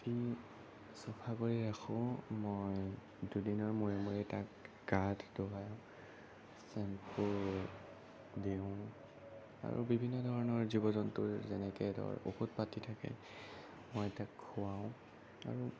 চাফা কৰি ৰাখোঁ মই দুদিনৰ মূৰে মূৰে তাক গাটো ধোৱাওঁ ছেম্পু দিওঁ আৰু বিভিন্ন ধৰণৰ জীৱ জন্তুৰ যেনেকে ধৰক ঔষধ পাতি থাকে মই তাক খোৱাওঁ আৰু